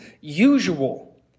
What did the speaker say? usual